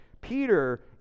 Peter